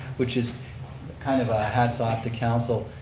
which is but kind of a hats off to council,